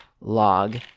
log